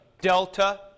Delta